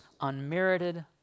unmerited